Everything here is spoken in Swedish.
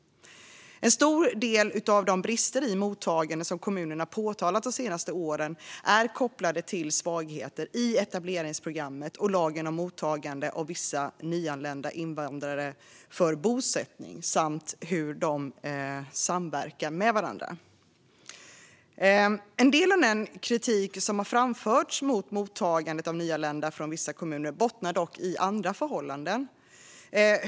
En stor del av de brister i mottagandet som kommunerna påtalat de senaste åren är kopplade till svagheter i etableringsprogrammet och lagen om mottagande av vissa nyanlända invandrare för bosättning samt hur de samverkar med varandra. En del av den kritik som har framförts mot mottagandet av nyanlända från vissa kommuner bottnar dock i andra förhållanden.